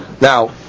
Now